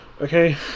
okay